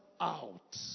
out